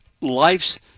life's